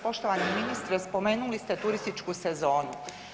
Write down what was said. Poštovani ministre, spomenuli ste turističku sezonu.